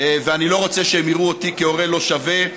ואני לא רוצה שהם יראו אותי כהורה לא שווה,